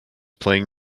playing